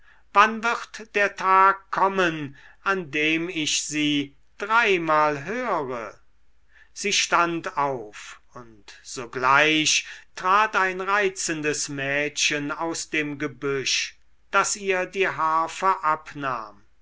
wann wird der tag kommen an dem ich sie dreimal höre sie stand auf und sogleich trat ein reizendes mädchen aus dem gebüsch das ihr die harfe abnahm